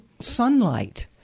sunlight